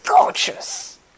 gorgeous